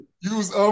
Use